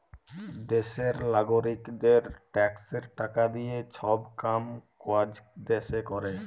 দ্যাশের লাগারিকদের ট্যাক্সের টাকা দিঁয়ে ছব কাম কাজ দ্যাশে ক্যরে